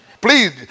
Please